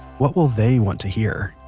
what will they want to hear?